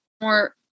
more